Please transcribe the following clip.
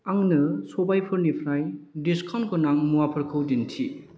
आंनो सबायफोरनिफ्राय डिसकाउन्ट गोनां मुवाफोरखौ दिन्थि